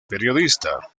periodista